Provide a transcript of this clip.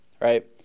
right